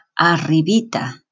Arribita